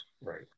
Right